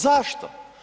Zašto?